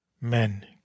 Men